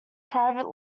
private